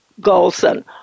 Golson